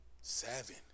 Seven